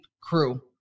crew